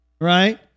right